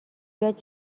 بیاد